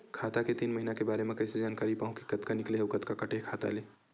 खाता के तीन महिना के बारे मा कइसे जानकारी पाहूं कि कतका निकले हे अउ कतका काटे हे खाता ले?